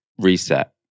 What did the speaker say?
reset